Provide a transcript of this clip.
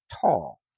tall